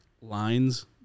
lines